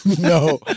no